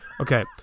okay